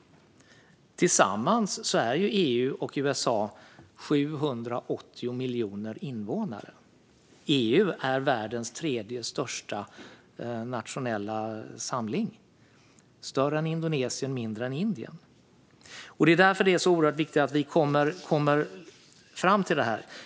Tillsammans har EU och USA 780 miljoner invånare. EU är världens tredje största nationella samling, större än Indonesien men mindre än Indien. Det är därför oerhört viktigt att vi kommer fram till detta.